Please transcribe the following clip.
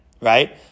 right